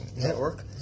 network